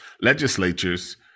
legislatures